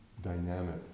dynamic